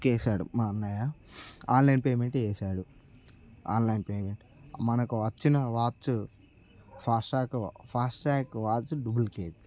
book చేశాడు మా అన్నయ్య ఆన్లైన్ పేమెంట్ చేశాడు ఆన్లైన్ పేమెంట్ మనకు వచ్చిన watch Fastrack Fastrack watch duplicate